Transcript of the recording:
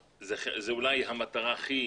אולי זאת המטרה הכי